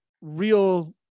real